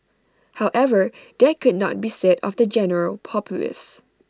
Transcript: however that could not be said of the general populace